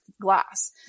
glass